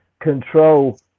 control